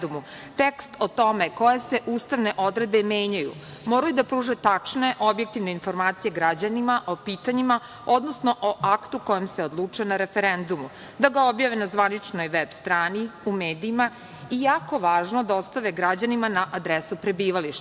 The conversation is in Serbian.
tekst o tome koje se ustavne odredbe menjaju moraju da pruže tačne, objektivne informacije građanima o pitanjima, odnosno o Aktu o kojem se odlučuje na referendumu, da ga objave na zvaničnoj veb-strani u medijima i jako važno, da ostave građanima na adresu prebivališta.